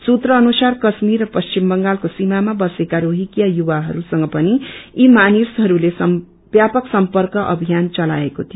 सूत्र अनुसार काश्मीर र पश्चिम बंगालक्रो सीमामा बसेका रोगिा युवाहरूसंग पनि यी मानिसहरूले व्यापक सम्पक अभियान चलाएको थियो